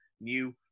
new